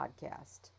podcast